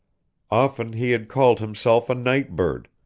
often he had called himself a night-bird,